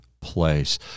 place